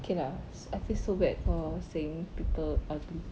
K lah I feel so bad for saying people ugly